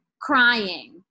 crying